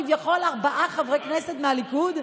כביכול, ארבעה חברי כנסת מהליכוד,